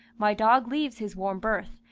my dog leaves his warm berth,